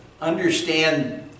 understand